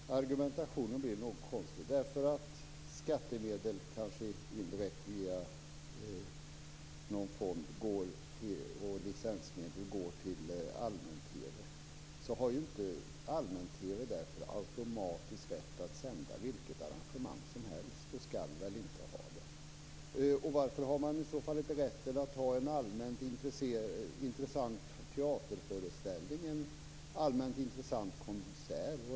Fru talman! Argumentationen blir något konstig. Bara för att skattemedel indirekt via någon fond och licensmedel går till allmän-TV har allmän-TV ingen automatisk rätt att sända vilket arrangemang som helst, och det skall man väl inte heller ha. Varför har man i så fall inte rätt att sända en allmänt intressant teaterföreställning eller en allmänt intressant konsert?